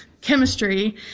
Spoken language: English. chemistry